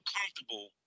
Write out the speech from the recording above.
comfortable